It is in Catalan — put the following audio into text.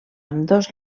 ambdós